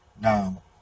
Now